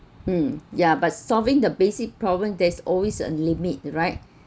mm yeah but solving the basic problem there's always a limit right